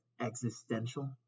existential